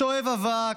שואב אבק,